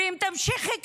ואם תמשיכי כך,